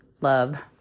love